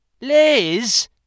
Liz